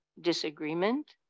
disagreement